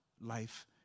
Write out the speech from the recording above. life